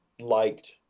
liked